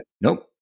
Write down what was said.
Nope